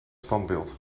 standbeeld